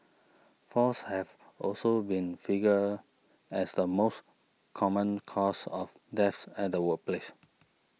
falls have also been fingered as the most common cause of deaths at the workplace